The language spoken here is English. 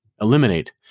eliminate